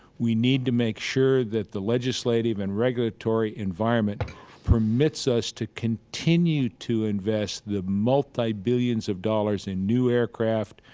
we need to make sure that the legislative and regulatory environment permits us to continue to invest the multibillions of dollars in new aircraft,